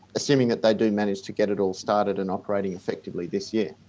assuming that they do manage to get it all started and operating effectively this year.